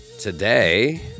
Today